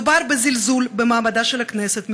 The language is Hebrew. מדובר בזלזול במעמדה של הכנסת,